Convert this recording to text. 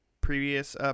previous